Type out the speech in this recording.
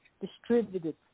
distributed